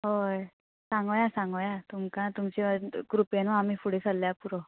हय सांगोया सांगोया तुमकां तुमचे कृपेनू आमी फुडें सरल्या पुरो